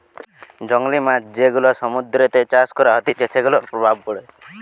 জংলী মাছ যেগুলা সমুদ্রতে চাষ করা হতিছে সেগুলার প্রভাব পড়ে